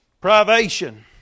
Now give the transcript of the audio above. Privation